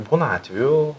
būna atvejų